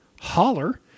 Holler